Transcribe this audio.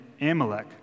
Amalek